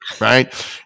Right